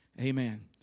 Amen